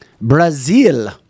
Brazil